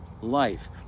Life